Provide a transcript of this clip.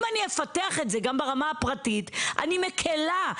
אם אני אפתח את זה ברמה הפרטית אני מקלה.